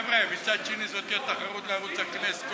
חבר'ה, מצד שני זו תהיה תחרות לערוץ הכנסת.